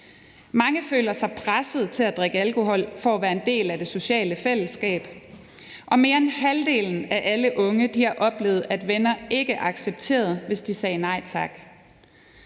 Mange føler sig presset til at drikke alkohol for at være en del af det sociale fællesskab, og mere end halvdelen af alle unge har oplevet, at venner ikke accepterede det, hvis de sagde nej tak.